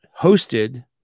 hosted